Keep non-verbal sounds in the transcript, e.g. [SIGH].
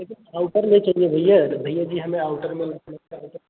लेकिन आउटर में चाहिए भैया तो भैया जी हमें आउटर में उतना [UNINTELLIGIBLE]